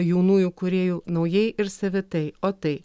jaunųjų kūrėjų naujai ir savitai o tai